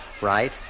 right